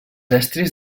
estris